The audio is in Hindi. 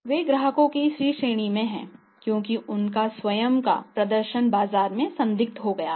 वे ग्राहकों की C श्रेणी में हैं क्योंकि उनका स्वयं का प्रदर्शन बाजार में संदिग्ध हो गया है